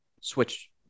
Switch